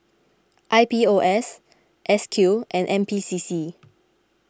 I P O S S Q and N P C C